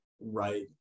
right